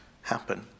happen